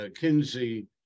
Kinsey